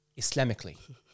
Islamically